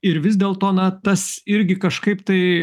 ir vis dėlto na tas irgi kažkaip tai